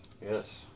Yes